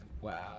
wow